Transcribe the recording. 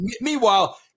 Meanwhile